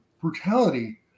brutality